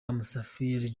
musafili